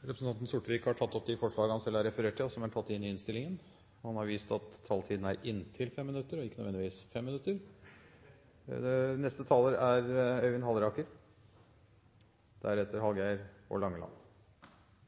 Representanten Arne Sortevik har tatt opp de forslag han refererte til. Og han har jo vist at taletiden er inntil 5 minutter – ikke nødvendigvis 5 minutter! Så får jeg prøve å ikke være dårligere! Det er viktig å si at dette er en stor dag i Vestnes og